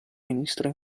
ministro